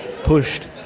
pushed